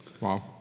Wow